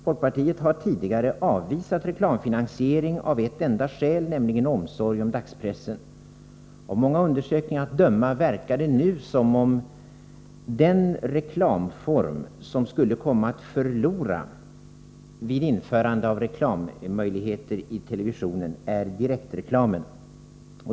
Folkpartiet har tidigare avvisat reklamfinansiering av ett enda skäl, nämligen omsorg om dagspressen. Av många undersökningar att döma verkar det nu som om den reklamform som skulle komma att förlora vid införande av reklammöjligheter i televisionen är direktreklamen.